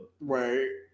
Right